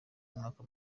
umwaka